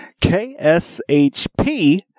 KSHP